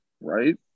right